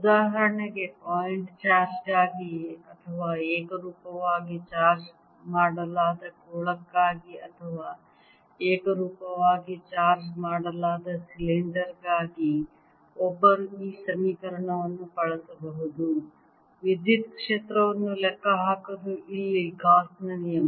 ಉದಾಹರಣೆಗೆ point charge ಗಾಗಿ ಅಥವಾ ಏಕರೂಪವಾಗಿ ಚಾರ್ಜ್ ಮಾಡಲಾದ ಗೋಳಕ್ಕಾಗಿ ಅಥವಾ ಏಕರೂಪವಾಗಿ ಚಾರ್ಜ್ ಮಾಡಲಾದ ಸಿಲಿಂಡರ್ ಗಾಗಿ ಒಬ್ಬರು ಈ ಸಮೀಕರಣವನ್ನು ಬಳಸಬಹುದು ವಿದ್ಯುತ್ ಕ್ಷೇತ್ರವನ್ನು ಲೆಕ್ಕಹಾಕಲು ಇಲ್ಲಿ ಗಾಸ್ ನ ನಿಯಮ